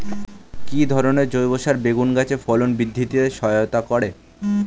কি ধরনের জৈব সার বেগুন গাছে ফলন বৃদ্ধিতে সহায়তা করে?